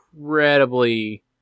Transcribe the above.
incredibly